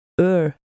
Ur